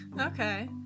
Okay